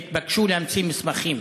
והם התבקשו להמציא מסמכים.